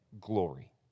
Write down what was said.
glory